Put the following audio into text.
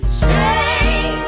shame